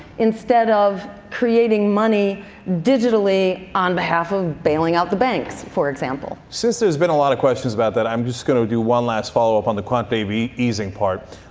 instead of creating money digitally on behalf of bailing out the banks, for example. since there's been a lot of questions about that i'm going to do one last follow-up on the quantitative easing part.